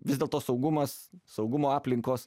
vis dėlto saugumas saugumo aplinkos